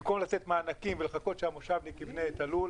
במקום לתת מענקים ולחכות שהמושבניק יבנה את הלול,